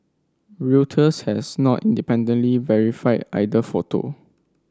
Reuters has not independently verified either photo